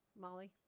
Molly